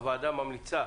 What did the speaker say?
הוועדה ממליצה